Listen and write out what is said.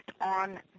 on